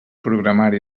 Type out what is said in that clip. programari